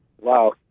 Wow